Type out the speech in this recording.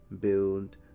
build